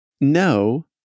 no